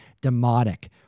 Demotic